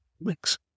mix